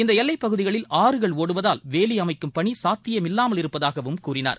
இந்த எல்லைப் பகுதிகளில் ஆறுகள் ஒடுவதால் வேலி அமைக்கும் பணி சாத்தியமில்லாமல் இருப்பதாகவும் கூறினார்